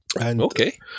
Okay